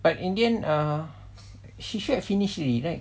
but in the end err she should've finish already right